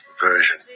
version